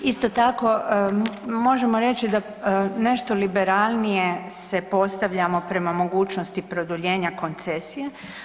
Isto tako možemo reći da nešto liberalnije se postavljamo prema mogućnosti produljenja koncesije.